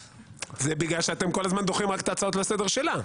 זה בגלל שאתם כל הזמן דוחים רק את ההצעות לסדר שלה.